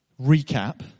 recap